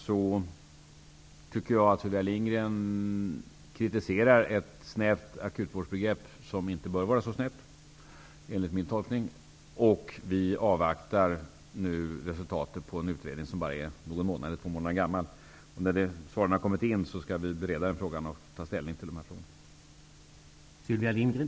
Sylvia Lindgren kritiserar det snäva akutvårdsbegreppet -- som inte bör vara så snävt, enligt min tolkning. Vi avvaktar nu resultatet på en remissomgång till en utredning som bara är någon månad gammal. När svaren på remissomgången har kommit in skall vi ta ställning i frågan.